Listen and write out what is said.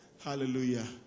Hallelujah